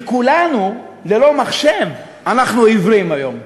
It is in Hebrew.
שבה כולנו, ללא מחשב, אנחנו עיוורים היום.